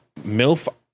milf